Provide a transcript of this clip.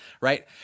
right